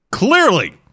Clearly